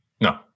No